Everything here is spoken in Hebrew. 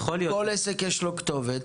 לכל עסק יש כתובת,